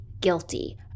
guilty